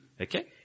Okay